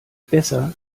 besser